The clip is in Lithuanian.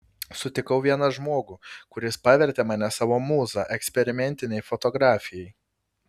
sutikau vieną žmogų kuris pavertė mane savo mūza eksperimentinei fotografijai